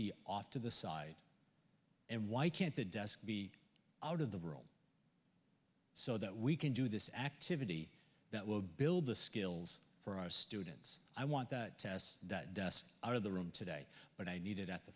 be off to the side and why can't the desk be out of the world so that we can do this activity that will build the skills for our students i want that test out of the room today but i needed at the